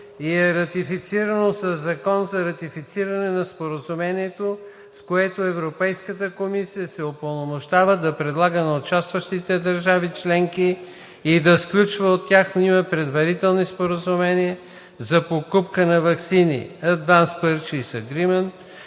и е ратифицирано със Закон за ратифициране на Споразумението, с което Европейската комисия се упълномощава да предлага на участващите държави членки и да сключва от тяхно име предварителни споразумения за покупка на ваксини („Advance Purchase Agreement“)